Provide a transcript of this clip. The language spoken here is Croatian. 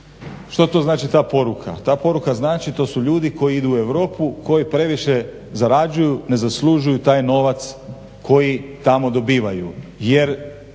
Što to znači ta poruka? Ta poruka znači, to su ljudi koji idu u Europu koji previše zarađuju, ne zaslužuju taj novac koji tamo dobivaju